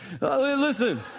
Listen